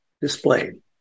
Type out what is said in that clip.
displayed